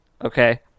okay